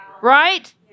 Right